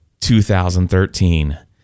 2013